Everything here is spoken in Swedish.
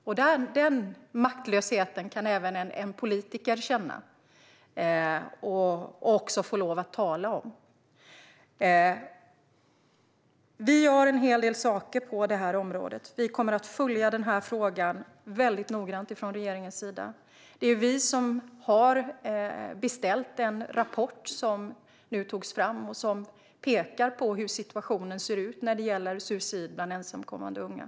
Den maktlösheten kan även en politiker känna och få lov att tala om. Regeringen gör en del saker på området, och vi kommer att följa frågan noggrant. Regeringen har beställt den rapport som har tagits fram och som pekar på hur situationen ser ut när det gäller suicid bland ensamkommande unga.